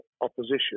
opposition